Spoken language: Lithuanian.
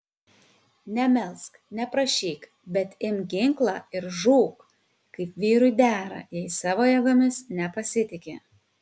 nemelsk neprašyk bet imk ginklą ir žūk kaip vyrui dera jei savo jėgomis nepasitiki